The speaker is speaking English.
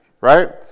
Right